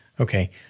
Okay